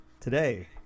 Today